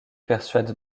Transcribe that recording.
persuade